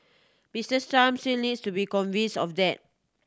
Mister Trump still needs to be convince of that